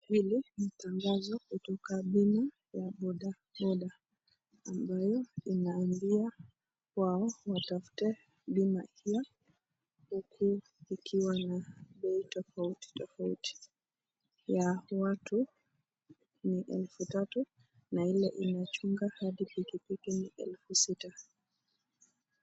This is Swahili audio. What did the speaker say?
Hili ni tangazo kutoka bima ya boda boda ambayo inaambia wao watafute bima hiyo huku ikiwa na bei tofauti tofauti. Ya watu ni 3000 na ile inachunga hadi pikipiki ni 6000.